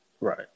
right